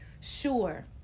Sure